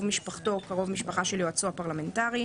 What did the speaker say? משפחתו או קרוב משפחה של יועצו הפרלמנטרי".